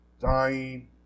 dying